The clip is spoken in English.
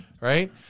Right